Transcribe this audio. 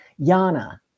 Yana